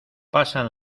pasan